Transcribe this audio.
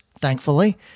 thankfully